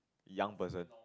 young person